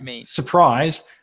surprise